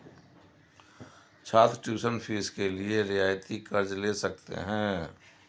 छात्र tuition fees के लिए रियायती कर्ज़ ले सकते हैं